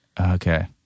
Okay